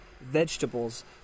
vegetables